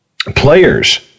Players